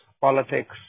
politics